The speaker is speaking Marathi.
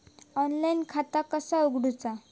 ऑनलाईन खाता कसा उगडूचा?